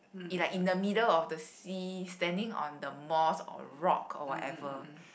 it like in the middle of the sea standing on the moss or rock or whatever